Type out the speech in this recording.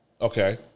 okay